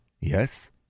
Yes